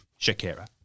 Shakira